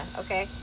okay